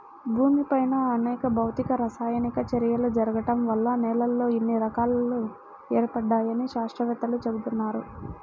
భూమిపైన అనేక భౌతిక, రసాయనిక చర్యలు జరగడం వల్ల నేలల్లో ఇన్ని రకాలు ఏర్పడ్డాయని శాత్రవేత్తలు చెబుతున్నారు